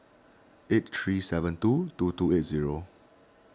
eight three seven two two two eight zero